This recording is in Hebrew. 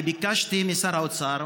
אני ביקשתי משר האוצר,